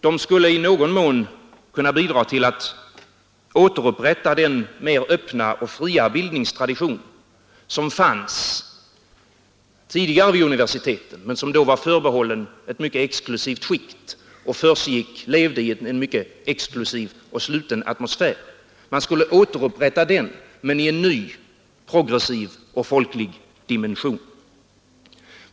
Det skulle i någon mån kunna bidra till att återupprätta den mer öppna och fria bildningstradition som fanns tidigare vid universiteten men som då var förbehållen ett mycket exklusivt skikt i en mycket exklusiv och sluten atmosfär. Man skulle återupprätta den, men i en ny, progressiv och folklig dimension.